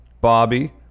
Bobby